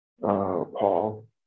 Paul